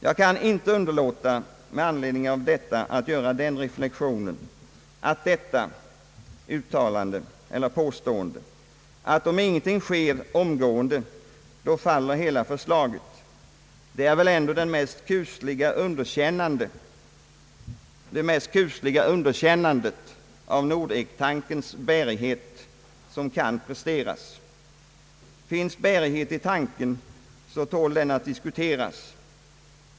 Jag kan inte underlåta att göra reflexionen att detta påstående väl ändå är det mest kusliga underkännandet av Nordektankens bärighet som kan presteras. Finns bärighet i tanken, så tål den att diskuteras.